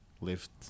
lift